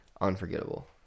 unforgettable